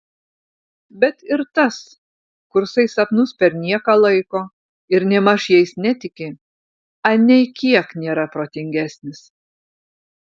bet ir tas kursai sapnus per nieką laiko ir nėmaž jais netiki anei kiek nėra protingesnis